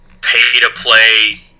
pay-to-play